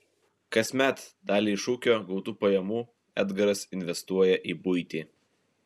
kasmet dalį iš ūkio gautų pajamų edgaras investuoja į buitį